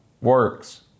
works